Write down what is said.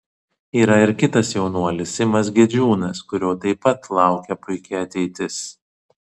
yra ir kitas jaunuolis simas gedžiūnas kurio taip pat laukia puiki ateitis